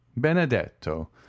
benedetto